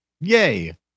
Yay